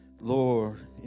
Lord